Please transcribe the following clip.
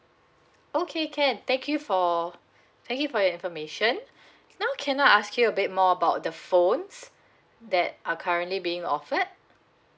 okay can thank you for thank you for your information now can I ask you a bit more about the phones that are currently being offered